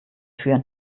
führen